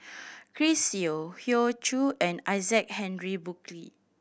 Chris Yeo Hoey Choo and Isaac Henry Burkill